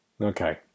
Okay